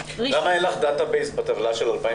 למה אין לך דטה-בייס בטבלה של 2019?